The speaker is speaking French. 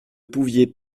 pouviez